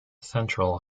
central